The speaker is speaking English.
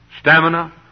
stamina